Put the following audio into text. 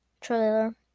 trailer